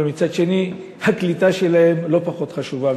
אבל מצד שני הקליטה שלהם לא פחות חשובה.